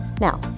Now